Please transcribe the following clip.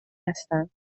هستند